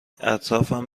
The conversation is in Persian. اطرافم